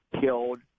killed